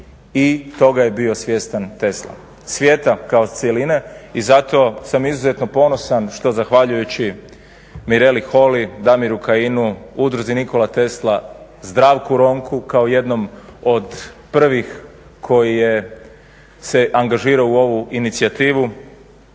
I toga je bio svjestan Tesla, svijeta kao cjeline i zato sam izuzetno ponosan što zahvaljujući Mireli Holy, Damiru Kajinu, Udruzi Nikola Tesla, Zdravku Ronku kao jednom od prvih koji je se angažirao u ovu inicijativu